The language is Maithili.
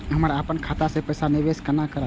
हम अपन खाता से पैसा निवेश केना करब?